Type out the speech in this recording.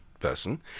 person